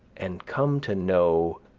and come to know